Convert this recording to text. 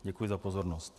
Děkuji za pozornost.